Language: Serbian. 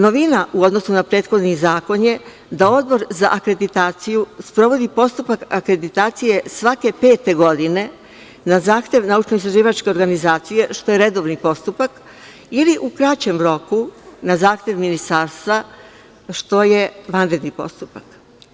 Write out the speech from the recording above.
Novina u odnosu na prethodni zakon je da Odbor za akreditaciju sprovodi postupak akreditacije svake pete godine na zahtev naučno-istraživačke organizacije, što je redovni postupak, ili u kraćem roku, na zahtev Ministarstva, što je vanredni postupak.